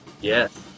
Yes